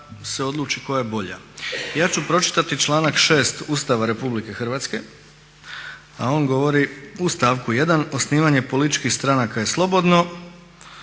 Ja ću pročitati članak 6. Ustava RH a on govori u stavku 1. osnivanje političkih stranaka je slobodno.